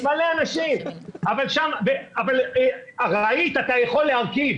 אבל רהיט אתה יכול להרכיב,